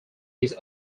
his